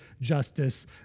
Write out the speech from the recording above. justice